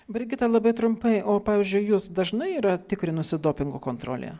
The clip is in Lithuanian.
brigita labai trumpai o pavyzdžiui jus dažnai yra tikrinusi dopingo kontrolė